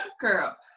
girl